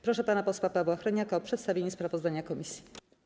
Proszę pana posła Pawła Hreniaka o przedstawienie sprawozdania komisji.